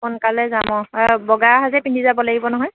সোনকালে যাম অঁ বগা সাজেই পিন্ধি যাব লাগিব নহয়